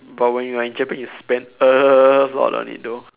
but when you are in Japan you spend a lot on it though